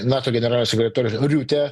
nato generalinio sekretoriaus riutė